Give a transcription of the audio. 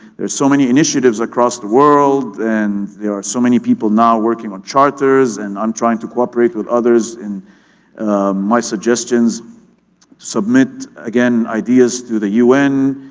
there's so many initiatives across the world and there are so many people now working on charters, and i'm trying to cooperate with others in my suggestions submit again ideas through the un